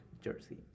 jersey